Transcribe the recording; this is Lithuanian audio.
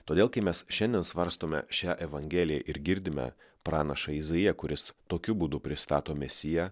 todėl kai mes šiandien svarstome šią evangeliją ir girdime pranašą izaiją kuris tokiu būdu pristato mesiją